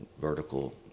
vertical